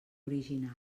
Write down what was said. original